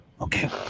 Okay